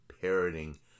parroting